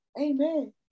amen